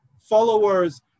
followers